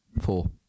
Four